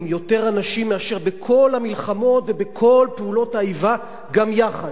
יותר אנשים מאשר בכל המלחמות ובכל פעולות האיבה גם יחד,